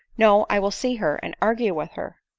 no i will see her, and argue with her.